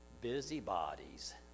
busybodies